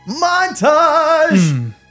Montage